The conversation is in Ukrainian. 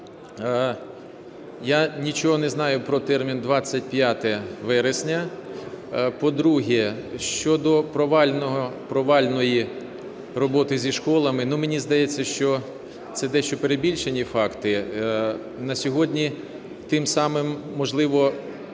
Я нічого не знаю про термін "25 вересня". По-друге, щодо провальної роботи зі школами. Мені здається, що це дещо перебільшені факти. На сьогодні тим самим, можливо,